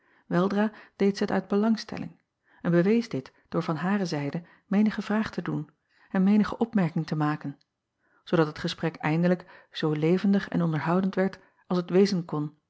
weldra deed zij het uit belangstelling en bewees dit door van hare zijde menige vraag te doen en menige opmerking te maken zoodat het gesprek eindelijk zoo levendig en onderhoudend werd als het wezen kon